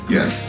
Yes